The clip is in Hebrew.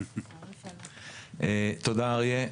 טוב, תודה אריה.